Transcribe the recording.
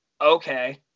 okay